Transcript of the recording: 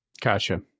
Gotcha